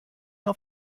auf